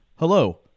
Hello